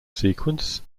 sequence